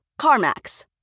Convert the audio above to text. CarMax